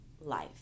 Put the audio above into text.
life